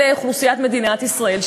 של אוכלוסיית מדינת ישראל,